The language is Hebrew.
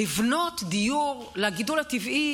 לבנות דיור לגידול הטבעי,